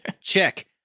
Check